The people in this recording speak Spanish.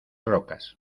rocas